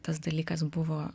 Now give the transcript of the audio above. tas dalykas buvo